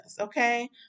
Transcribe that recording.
Okay